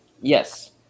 Yes